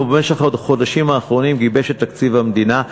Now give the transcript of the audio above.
ובמשך החודשים האחרונים גיבש את תקציב המדינה,